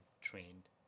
trained